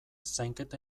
zainketa